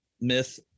myth